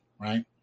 Right